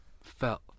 felt